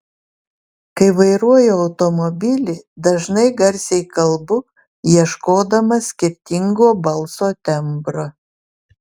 kai vairuoju automobilį dažnai garsiai kalbu ieškodama skirtingo balso tembro